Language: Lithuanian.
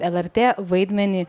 lrt vaidmenį